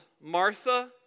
Martha